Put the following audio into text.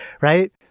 right